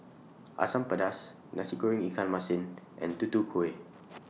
Asam Pedas Nasi Goreng Ikan Masin and Tutu Kueh